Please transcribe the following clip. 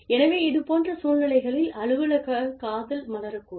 எனவே இதுபோன்ற சூழ்நிலைகளில் அலுவலக காதல் மலரக்கூடும்